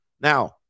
now